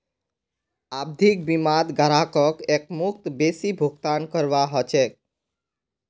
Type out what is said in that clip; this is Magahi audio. आवधिक बीमात ग्राहकक एकमुश्त बेसी भुगतान करवा ह छेक